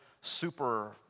super